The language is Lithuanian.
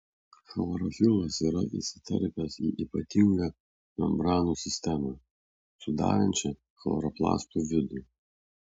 chlorofilas yra įsiterpęs į ypatingą membranų sistemą sudarančią chloroplastų vidų